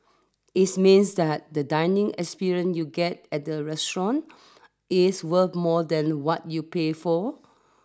is means that the dining experience you get at the restaurant is worth more than what you pay for